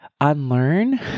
unlearn